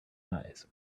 eyes